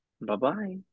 Bye-bye